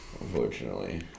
Unfortunately